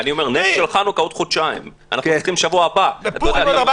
צריכים נס בשבוע הבא.